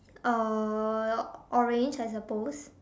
uh orange I suppose